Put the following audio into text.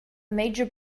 major